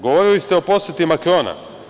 Govorili ste o poseti Makrona.